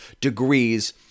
degrees